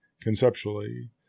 conceptually